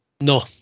No